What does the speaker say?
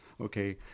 okay